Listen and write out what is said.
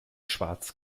schwarz